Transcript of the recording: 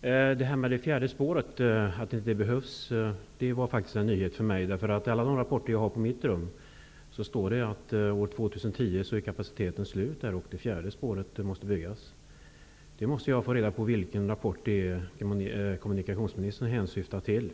Fru talman! Att det fjärde spåret inte skulle behövas är faktiskt en nyhet för mig. I alla rapporter som jag har på mitt arbetsrum står det att kapaciteten är slut år 2010 och att det fjärde spåret måste byggas. Jag måste få reda på vilken rapport kommunikationsministern hänsyftar till.